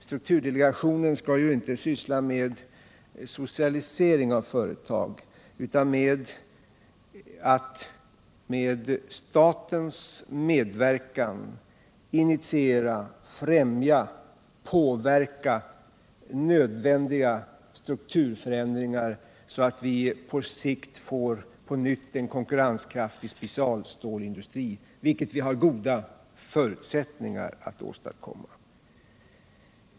Strukturdelegationen skall inte syssla med socialisering av företag utan med att med statens medverkan initiera, främja och påverka nödvändiga strukturförändringar, så att vi på sikt på nytt får en konkurrenskraftig specialstålindustri, vilket vi har goda förutsättningar att åstadkomma.